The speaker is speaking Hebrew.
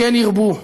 כן ירבו.